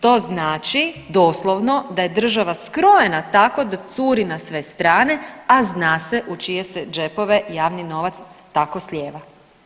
To znači doslovno da je država skrojena tako da curi na sve strane, a zna se u čije se džepove javni novac tako slijeva.